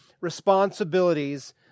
responsibilities